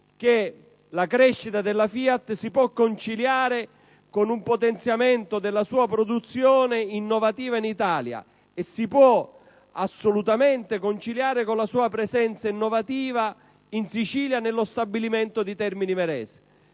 che la crescita della FIAT si può conciliare con un potenziamento della sua produzione innovativa in Italia ed anche con la sua presenza innovativa in Sicilia, nello stabilimento di Termini Imerese.